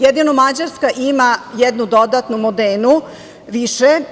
Jedino Mađarska ima jednu dodatnu, „Modenu“ više.